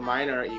Minor